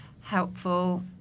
helpful